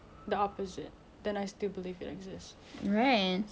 konon macam alien ke apa ke mana tahu masih ada tapi kita tak pernah nampak